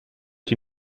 die